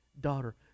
daughter